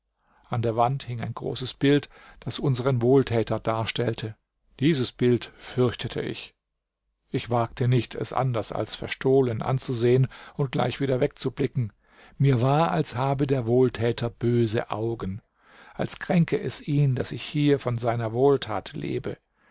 an der wand hing ein großes bild das unseren wohltäter darstellte dieses bild fürchtete ich ich wagte nicht es anders als verstohlen anzusehen und gleich wieder wegzublicken mir war als habe der wohltäter böse augen als kränke es ihn daß ich hier von seiner wohltat lebe